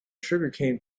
sugarcane